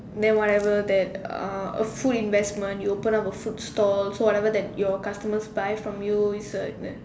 then whatever that uh a food investment you open up a food store so whatever that your customers buy from you is a